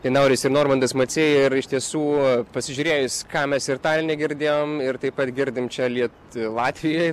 tai nauris ir normandas maciai ir iš tiesų pasižiūrėjus ką mes ir taline girdėjom ir taip pat girdim čia liet latvijoj